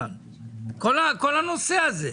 בכל הנושא הזה.